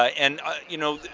ah and ah you know,